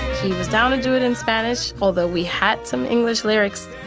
he was down to do it in spanish, although we had some english lyrics.